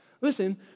listen